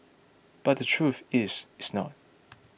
but the truth is it's not